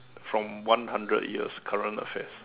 from one hundred years current affairs